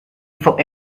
for